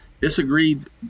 disagreed